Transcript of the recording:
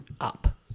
up